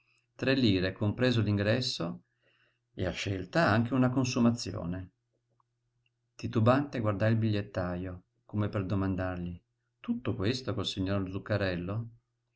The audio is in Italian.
tre lire compreso l'ingresso e a scelta anche una consumazione titubante guardai il bigliettajo come per domandargli tutto questo col signor zuccarello